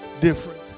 different